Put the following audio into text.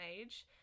age